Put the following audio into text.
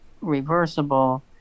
reversible